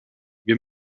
wir